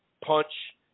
punch